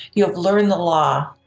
you have learned the law.